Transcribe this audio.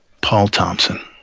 paul thompson